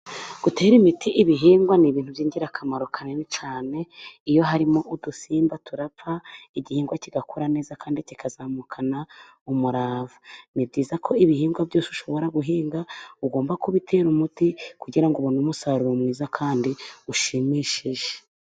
Gutera imiti ibihingwa ni ibintu by'ingirakamaro kanini cyane, iyo harimo udusimba turapfa, igihingwa kigakura neza, kandi kikazamukana umurava. Ni byiza ko ibihingwa byose ushobora guhinga ugomba kubitera imiti, kugira ngo ubone umusaruro mwiza kandi ushimishije.